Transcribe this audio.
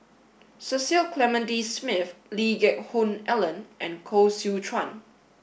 Cecil Clementi Smith Lee Geck Hoon Ellen and Koh Seow Chuan